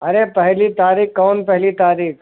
अरे पहली तारीख कौन पहली तारीख